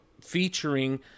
featuring